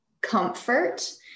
comfort